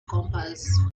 compass